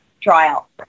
trial